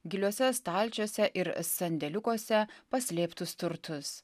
giliuose stalčiuose ir sandėliukuose paslėptus turtus